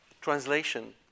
Translation